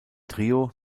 trio